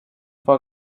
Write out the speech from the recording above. vor